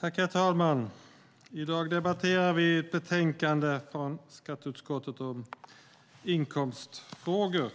Herr talman! I dag debatterar vi ett betänkande från skatteutskottet om inkomstskatter.